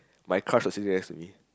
my crush was sitting next to me